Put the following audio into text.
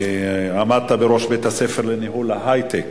עמדת בראש בית-הספר לניהול היי-טק